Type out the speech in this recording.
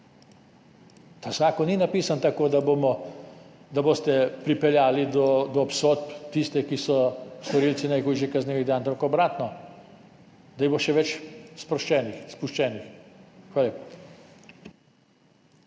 Ta zakon ni napisan tako, da boste pripeljali do obsodb tiste, ki so storilci najhujših kaznivih dejanj, ampak obratno – da jih bo še več spuščenih. Hvala